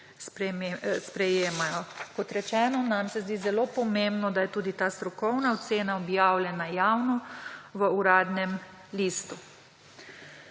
sprejemajo. Kot rečeno, nam se zdi zelo pomembno, da je tudi ta strokovna ocena objavljena javno v Uradnem listu.